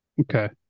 Okay